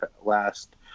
last